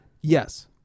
yes